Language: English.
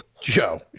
Joe